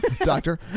Doctor